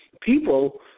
people